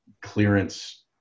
clearance